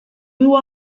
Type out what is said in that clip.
who